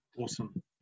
awesome